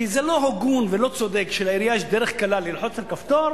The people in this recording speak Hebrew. כי זה לא הגון ולא צודק שלעירייה יש דרך קלה ללחוץ על כפתור,